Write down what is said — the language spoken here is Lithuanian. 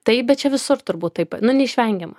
taip bet čia visur turbūt taip nu neišvengiama